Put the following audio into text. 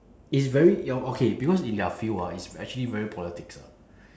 it's very your okay because in their field ah it's actually very politics ah